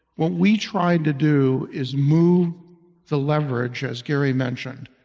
what we tried to do is move the leverage, as gary mentioned,